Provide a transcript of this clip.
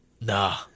nah